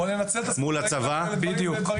בואו ננצל אותם לדברים טובים.